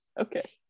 Okay